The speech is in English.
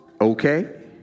okay